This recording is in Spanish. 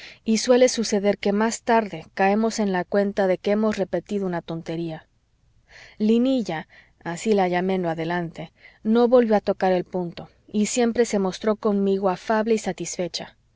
y suele suceder que más tarde caemos en la cuenta de que hemos repetido una tontería linilla así la llamé en lo de adelante no volvió a tocar el punto y siempre se mostró conmigo afable y satisfecha